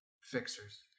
fixers